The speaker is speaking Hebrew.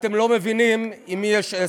אתם לא מבינים עם מי יש עסק.